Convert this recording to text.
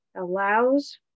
allows